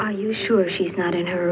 are you sure she's not in her